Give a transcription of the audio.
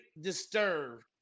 disturbed